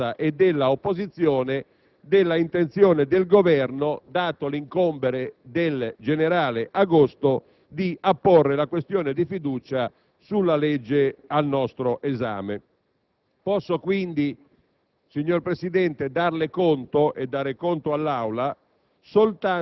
assumere atteggiamenti tartufeschi - dalla perfetta consapevolezza della maggioranza e dell'opposizione della intenzione del Governo, dato l'incombere del «generale agosto», di apporre la questione di fiducia sulla legge al nostro esame.